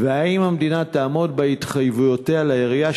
3. האם המדינה תעמוד בהתחייבויותיה לעירייה,